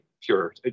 pure